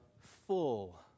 full